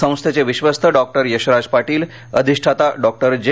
संस्थेचे विश्वस्त डॉक्टर यशराज पाटील अधिष्ठाता डॉक्टर जे